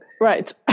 right